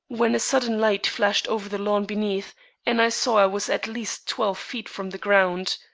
when a sudden light flashed over the lawn beneath and i saw i was at least twelve feet from the ground.